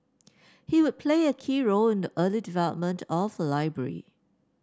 he would play a key role in the early development of a library